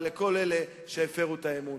ולכל אלה שהפירו את האמון.